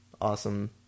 awesome